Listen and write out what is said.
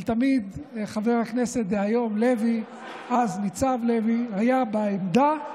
אבל תמיד חבר הכנסת דהיום לוי ואז ניצב לוי היה בעמדה